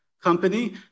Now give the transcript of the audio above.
company